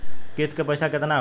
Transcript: किस्त के पईसा केतना होई?